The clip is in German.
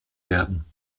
werden